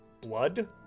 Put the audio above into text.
blood